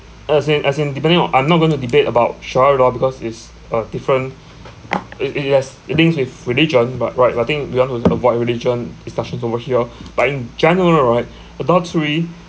as in as in depending on I'm not going to debate about sharia law because it's a different it it has it links with religion but right I think we want to avoid religion discussions over here but in general right adultery